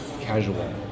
casual